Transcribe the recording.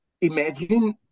imagine